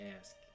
ask